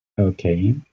Okay